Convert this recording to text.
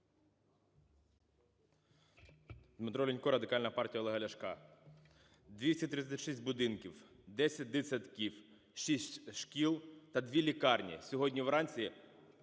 ДмитроЛінько, Радикальна партія Олега Ляшка. 236 будинків, 10 дитсадків, 6 шкіл та 2 лікарні сьогодні вранці